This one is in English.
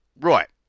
right